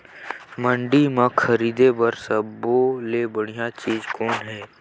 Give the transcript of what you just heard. मंडी म खरीदे बर सब्बो ले बढ़िया चीज़ कौन हे?